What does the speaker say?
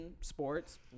sports